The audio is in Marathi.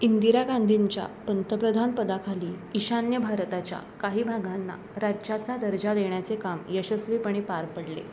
इंदिरा गांधींच्या पंतप्रधान पदाखाली ईशान्य भारताच्या काही भागांना राज्याचा दर्जा देण्याचे काम यशस्वीपणे पार पडले